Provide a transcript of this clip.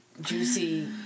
juicy